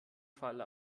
fall